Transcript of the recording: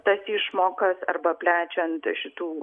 tas išmokas arba plečiant šitų